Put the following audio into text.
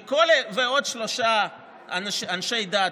עוד שלושה אנשי דת,